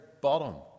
bottom